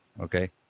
Okay